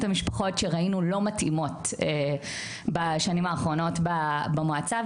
המשפחות שראינו לא מתאימות בשנים האחרונות במועצה,